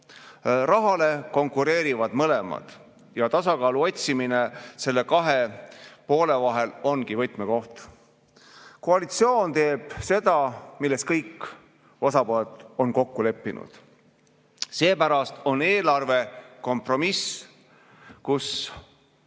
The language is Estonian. Rahale konkureerivad mõlemad ja tasakaalu otsimine nende kahe poole vahel ongi võtmekoht. Koalitsioon teeb seda, milles kõik osapooled on kokku leppinud. Seepärast on eelarve kompromiss, kus